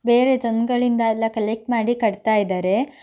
ಬೇರೆ ಜನಗಳಿಂದ ಎಲ್ಲ ಕಲೆಕ್ಟ್ ಮಾಡಿ ಕಟ್ತಾ ಇದ್ದಾರೆ